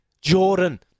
Jordan